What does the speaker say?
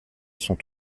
sont